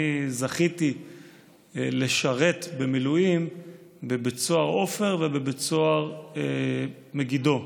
אני זכיתי לשרת במילואים בבית סוהר עופר ובבית סוהר מגידו.